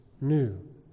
new